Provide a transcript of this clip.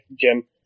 Jim